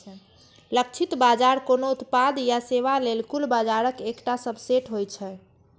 लक्षित बाजार कोनो उत्पाद या सेवा लेल कुल बाजारक एकटा सबसेट होइ छै